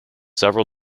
several